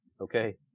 okay